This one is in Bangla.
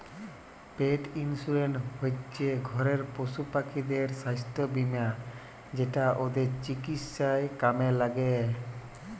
পেট ইন্সুরেন্স হচ্যে ঘরের পশুপাখিদের সাস্থ বীমা যেটা ওদের চিকিৎসায় কামে ল্যাগে